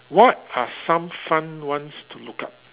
what are some fun ones to look up